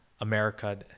America